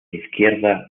izquierda